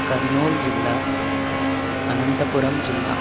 కర్నూల్ జిల్లా అనంతపురం జిల్లా